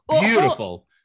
beautiful